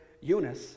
Eunice